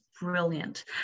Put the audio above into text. brilliant